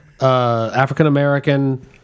African-American